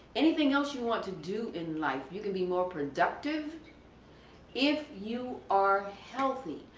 anything else you want to do in life, you can be more productive if you are healthy.